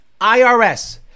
IRS